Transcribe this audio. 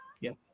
Yes